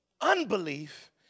unbelief